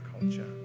culture